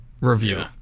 review